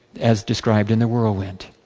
as described in the whirlwind.